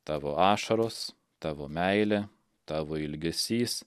tavo ašaros tavo meilė tavo ilgesys